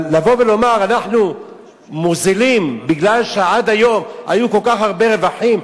אבל לבוא ולומר: אנחנו מוזילים מפני שעד היום היו כל כך הרבה רווחים,